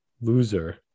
loser